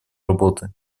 работы